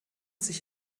sich